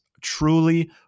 truly